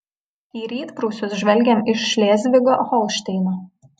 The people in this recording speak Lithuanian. į rytprūsius žvelgiam iš šlėzvigo holšteino